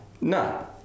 No